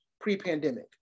pre-pandemic